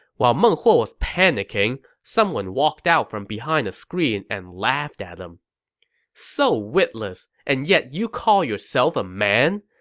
while meng huo was panicking, someone walked out from behind a screen and laughed at him so witless, and yet you call yourself a man?